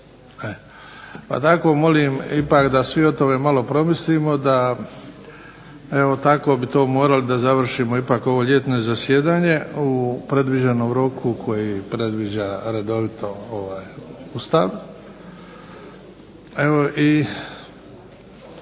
Pa tako molim ipak da svi o tome malo promislimo, da evo tako bi to morali da završimo ipak ovo ljetno zasjedanje u predviđenom roku koji predviđa redovito Ustav.